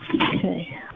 Okay